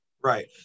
Right